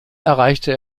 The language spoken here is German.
erreichte